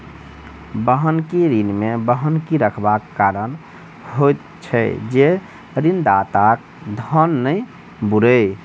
बन्हकी ऋण मे बन्हकी रखबाक कारण होइत छै जे ऋणदाताक धन नै बूड़य